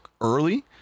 early